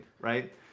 right